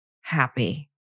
happy